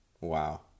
Wow